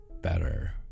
better